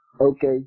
Okay